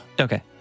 Okay